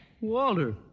Walter